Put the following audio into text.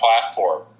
platform